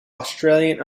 australian